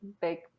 big